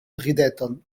rideton